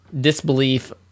disbelief